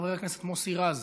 חבר הכנסת מוסי רז,